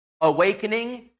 awakening